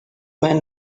man